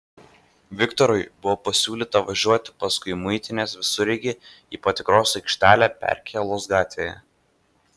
viktorui buvo pasiūlyta važiuoti paskui muitinės visureigį į patikros aikštelę perkėlos gatvėje